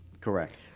Correct